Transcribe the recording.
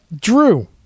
Drew